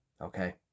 Okay